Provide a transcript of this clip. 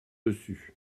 dessus